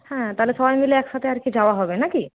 হ্যাঁ তাহলে সবাই মিলে একসাথে আর কি যাওয়া হবে না কি